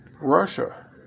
Russia